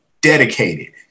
dedicated